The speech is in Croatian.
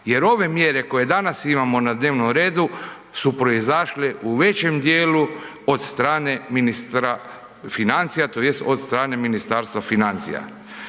jer ove mjere koje danas imamo na dnevnom redu su proizašle u većem dijelu od strane ministra financija tj. od strane Ministarstva financija.